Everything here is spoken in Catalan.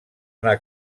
una